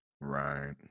Right